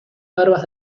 barbas